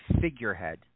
figurehead